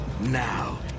Now